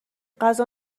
غذا